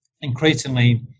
increasingly